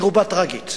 היא רובה טרגית.